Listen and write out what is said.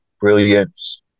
brilliance